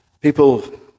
People